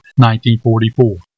1944